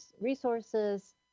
resources